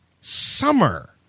summer